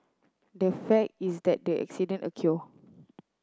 the fact is that the incident